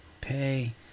pay